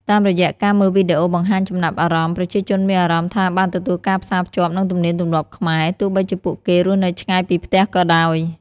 តាមរយៈការមើលវីដេអូបង្ហាញចំណាប់អារម្មណ៍ ប្រជាជនមានអារម្មណ៍ថាបានទទួលការផ្សាភ្ជាប់នឹងទំនៀមទម្លាប់ខ្មែរ ទោះបីជាពួកគេរស់នៅឆ្ងាយពីផ្ទះក៏ដោយ។